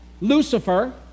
Lucifer